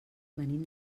venim